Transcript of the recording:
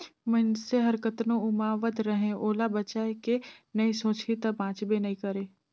मइनसे हर कतनो उमावत रहें ओला बचाए के नइ सोचही त बांचबे नइ करे